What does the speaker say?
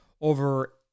over